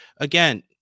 Again